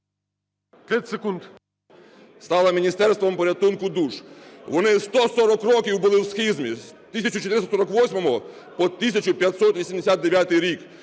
…стала міністерством порятунку душ. Вони 140 років були у схизмі з 1448 по 1589 рік.